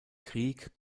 krieg